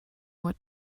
what